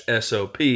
SOP